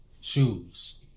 Shoes